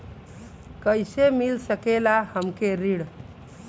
कइसे मिल सकेला हमके ऋण?